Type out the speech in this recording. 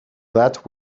that